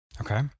Okay